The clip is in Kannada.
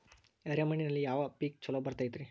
ಎರೆ ಮಣ್ಣಿನಲ್ಲಿ ಯಾವ ಪೇಕ್ ಛಲೋ ಬರತೈತ್ರಿ?